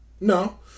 No